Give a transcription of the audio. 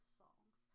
songs